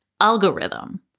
algorithm